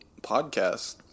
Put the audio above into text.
podcast